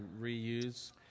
reuse